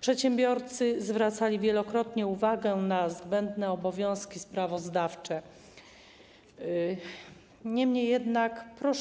Przedsiębiorcy zwracali wielokrotnie uwagę na zbędne obowiązki sprawozdawcze, niemniej proszę